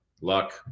luck